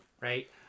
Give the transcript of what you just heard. right